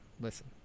listen